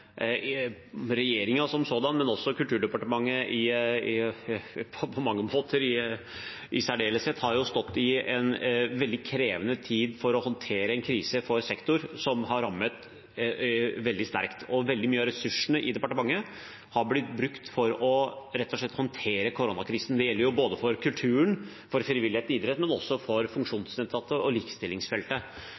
som sådan og Kulturdepartementet på mange måter i særdeleshet har stått i en veldig krevende tid for å håndtere en krise for en sektor som er rammet veldig sterkt. Veldig mye av ressursene i departementet er blitt brukt til rett og slett å håndtere koronakrisen. Det gjelder både for kulturen, frivilligheten og idretten og også for funksjonsnedsatte og likestillingsfeltet.